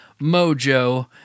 Mojo